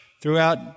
throughout